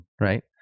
right